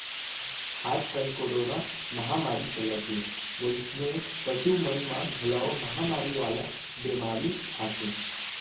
आजकाल कोरोना महामारी चलत हे वइसने पसु मन म घलौ महामारी वाला बेमारी आथे